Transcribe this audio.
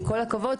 עם כל הכבוד,